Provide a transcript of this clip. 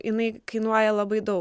jinai kainuoja labai daug